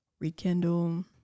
rekindle